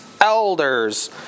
elders